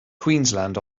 queensland